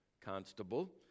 constable